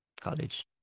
college